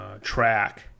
track